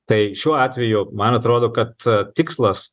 tai šiuo atveju man atrodo kad tikslas